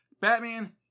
Batman